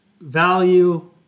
value